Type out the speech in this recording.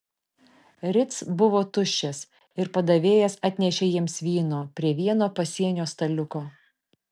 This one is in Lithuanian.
ritz buvo tuščias ir padavėjas atnešė jiems vyno prie vieno pasienio staliuko